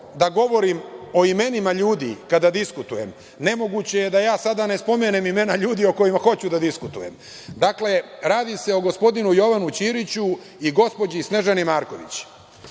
da govorim o imenima ljudi kada diskutujem, nemoguće je da ja sada ne spomenem imana ljudi o kojima hoću da diskutuje. Dakle, redi se o gospodinu Jovanu Ćiriću i gospođi Snežani Marković.